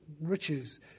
Riches